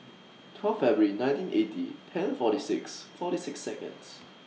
twelve February nineteen eighty ten forty six forty six Seconds